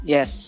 Yes